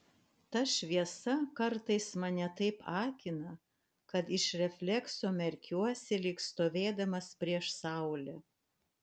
ta šviesa kartais mane taip akina kad iš reflekso merkiuosi lyg stovėdamas prieš saulę